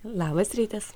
labas rytas